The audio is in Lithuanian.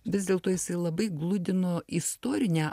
vis dėlto jisai labai gludino istorinę